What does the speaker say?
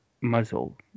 muzzle